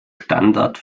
standard